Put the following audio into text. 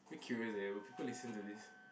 very curious eh will people listen to this